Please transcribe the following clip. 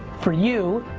for you,